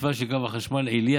בתוואי של קו חשמל עילי,